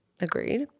Agreed